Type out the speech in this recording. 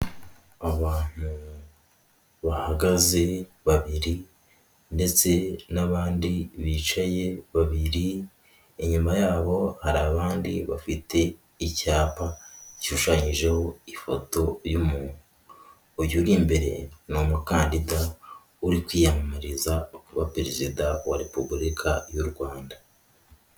Abantu bahagaze babiri ndetse n'abandi bicaye babiri, inyuma yabo hari abandi bafite icyapa gishushanyijeho ifoto y'umuntu uri imbere ni umukandida uri kwiyamamariza kuba perezida wa Repubulika y'u Rwanda.